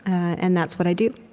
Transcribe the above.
and that's what i do.